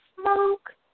smoke